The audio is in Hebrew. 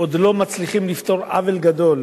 עוד לא מצליחים לפתור עוול גדול,